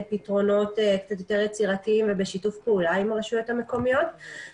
פתרונות קצת יותר יצירתיים ובשיתוף פעולה עם הרשויות המקומיות,